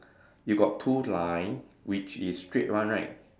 you got two line which is straight one right